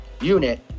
unit